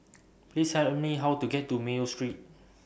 Please Tell Me How to get to Mayo Street